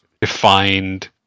defined